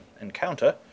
encounter